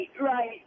right